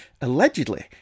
allegedly